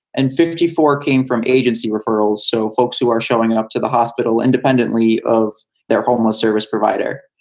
and fifty four came from agency referrals. so folks who are showing up to the hospital independently of their homeless service provider,